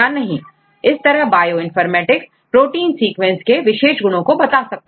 इस तरह bioinformatics protein sequence के विशेष गुणों को बता सकता है